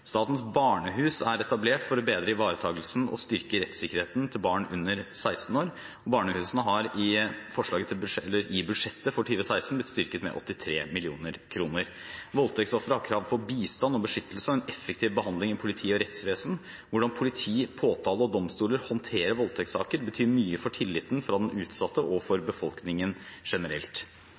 Statens barnehus er etablert for å bedre ivaretakelsen og styrke rettssikkerheten til barn under 16 år. Barnehusene har i budsjettet for 2016 blitt styrket med 83 mill. kr. Voldtektsofre har krav på bistand og beskyttelse og en effektiv behandling av politi og rettsvesen. Hvordan politi, påtalemyndighet og domstoler håndterer voldtektssaker, betyr mye for tilliten fra den utsatte og for befolkningen generelt.